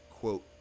quote